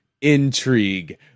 intrigue